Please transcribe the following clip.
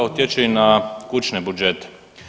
Utječe i na kućne budžete.